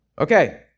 Okay